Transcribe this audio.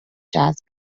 جذب